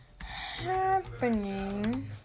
happening